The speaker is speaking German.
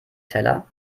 teller